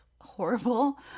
horrible